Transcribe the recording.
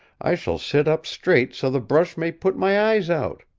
i shall sit up straight so the brush may put my eyes out!